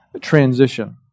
transition